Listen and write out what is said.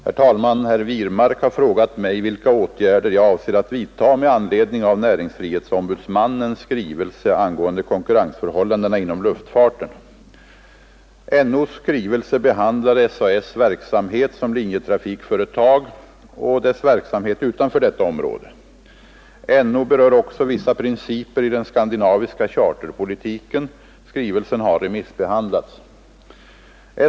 Herr talman! Herr Wirmark har frågat mig vilka åtgärder jag avser att vidta med anledning av näringsfrihetsombudsmannens skrivelse angående konkurrensförhållandena inom luftfarten. NO:s skrivelse behandlar SAS:s verksamhet som linjetrafikföretag och dess verksamhet utanför detta område. NO berör också vissa principer i den skandinaviska charterpolitiken. Skrivelsen har remissbehandlats.